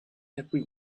every